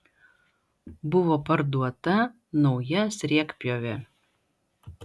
buvo parduota nauja sriegpjovė